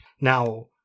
Now